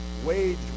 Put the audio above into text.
Wage